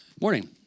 Morning